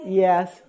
yes